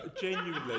genuinely